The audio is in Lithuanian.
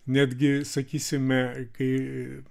netgi sakysime kai